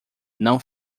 não